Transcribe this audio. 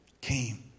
came